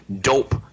dope